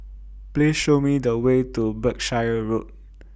Please Show Me The Way to Berkshire Road